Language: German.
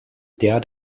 der